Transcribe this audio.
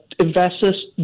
Investors